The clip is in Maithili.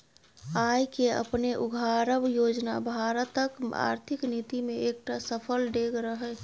आय केँ अपने उघारब योजना भारतक आर्थिक नीति मे एकटा सफल डेग रहय